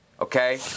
okay